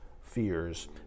fears